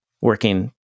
working